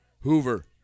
Hoover